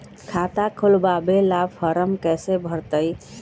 खाता खोलबाबे ला फरम कैसे भरतई?